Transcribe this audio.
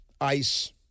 ice